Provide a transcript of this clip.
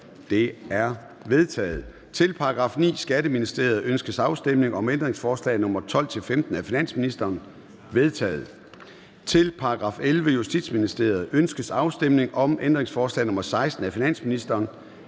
Det er vedtaget. Til § 12. Forsvarsministeriet. Ønskes afstemning om ændringsforslag nr. 20-23 af finansministeren? De er vedtaget. Til § 14. Udlændinge- og Integrationsministeriet. Ønskes afstemning om ændringsforslag nr. 24 af finansministeren?